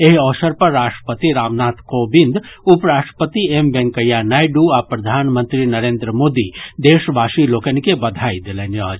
एहि अवसर पर राष्ट्रपति रामनाथ कोविंद उपराष्ट्रपति एम वेंकैया नायडू आ प्रधानमंत्री नरेन्द्र मोदी देशवासी लोकनि के बधाई देलनि अछि